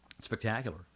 Spectacular